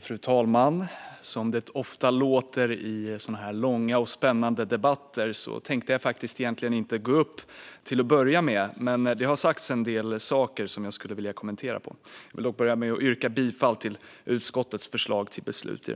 Fru talman! Som det ofta heter i sådana här långa och spännande debatter hade jag egentligen inte tänkt gå upp i debatten till att börja med. Men det har sagts en del saker som jag skulle vilja kommentera. Jag vill dock börja med att yrka bifall till utskottets förslag till beslut.